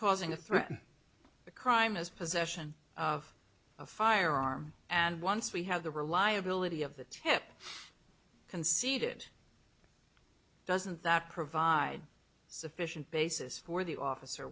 causing a threat the crime is possession of a firearm and once we have the reliability of the tip conceded doesn't that provide sufficient basis for the officer